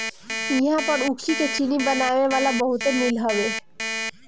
इहां पर ऊखी के चीनी बनावे वाला बहुते मील हवे